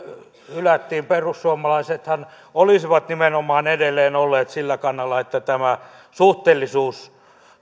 hylättiin perussuomalaisethan olisivat nimenomaan edelleen olleet sillä kannalla että tämä suhteellisuus